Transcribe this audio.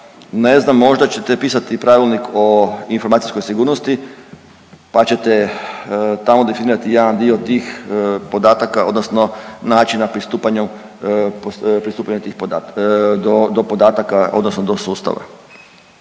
Ne znam, možda ćete pisati Pravilnik o informacijskoj sigurnosti, pa ćete tamo definirati jedan dio tih podataka, odnosno načina pristupanju, pristupanju tih podataka,